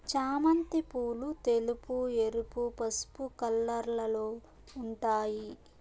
చామంతి పూలు తెలుపు, ఎరుపు, పసుపు కలర్లలో ఉంటాయి